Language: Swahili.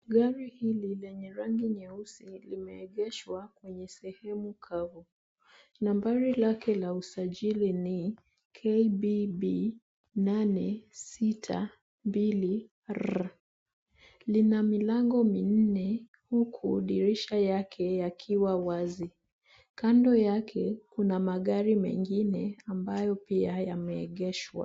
Gari hili lenye rangi nyeusi, limeegeshwa kwenye sehemu kavu. Nambari lake la usajili ni KBB 862R. Lina milango minne, huku dirisha yake yakiwa wazi. Kando yake, kuna magari mengine ambayo pia yameegeshwa.